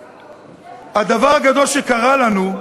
והדבר הגדול שקרה לנו,